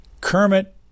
Kermit